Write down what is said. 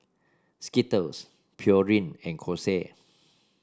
Skittles Pureen and Kose